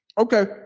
Okay